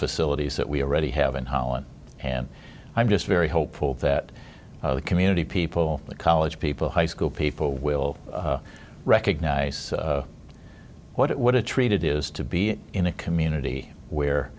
facilities that we already have in holland and i'm just very hopeful that the community people the college people high school people will recognize what a treat it is to be in a community where